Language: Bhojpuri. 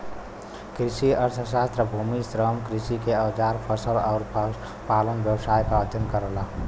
कृषि अर्थशास्त्र भूमि, श्रम, कृषि के औजार फसल आउर पशुपालन व्यवसाय क अध्ययन करला